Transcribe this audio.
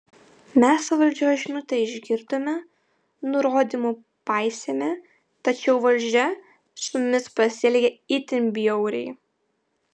mes valdžios žinutę išgirdome nurodymų paisėme tačiau valdžia su mumis pasielgė itin bjauriai